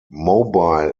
mobile